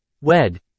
Wed